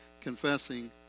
confessing